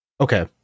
Okay